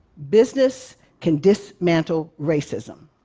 business can dismantle racism.